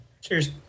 Cheers